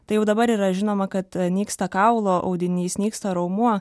tai jau dabar yra žinoma kad nyksta kaulo audinys nyksta raumuo